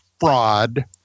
fraud